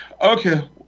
Okay